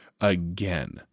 again